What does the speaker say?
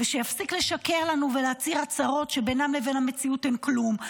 שיפסיק לשקר לנו ולהצהיר הצהרות שבינן לבין המציאות אין כלום,